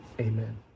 amen